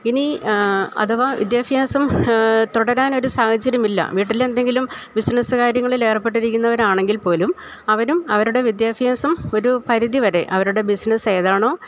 ഇനി അഥവാ വിദ്യാഭ്യാസം തുടരാനൊരു സാഹചര്യമില്ല വീട്ടിലെന്തെങ്കിലും ബിസിനസ് കാര്യങ്ങളിലേർപ്പെട്ടിരിക്കുന്നവരാണെങ്കിൽപ്പോലും അവരും അവരുടെ വിദ്യാഭ്യാസം ഒരു പരിധിവരെ അവരുടെ ബിസിനസ് ഏതാണോ